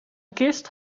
kist